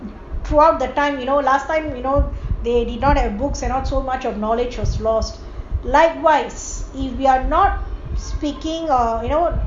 throughout the time you know last time you know they did not have books and not so much of knowledge was last likewise if we're not speaking or you know